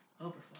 overflow